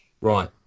Right